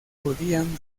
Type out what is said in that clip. podían